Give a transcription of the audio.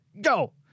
Go